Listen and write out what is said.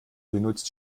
benutzt